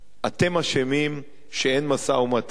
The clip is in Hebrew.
אתם אשמים שאין משא-ומתן,